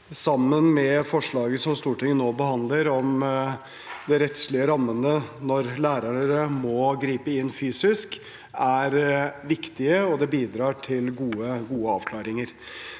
sammen med forslaget som Stortinget nå behandler om de rettslige rammene når lærere må gripe inn fysisk, er viktige og bidrar til gode avklaringer.